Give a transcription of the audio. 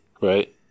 right